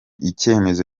icyemezo